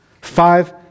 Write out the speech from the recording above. five